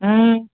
ம்